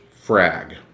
FRAG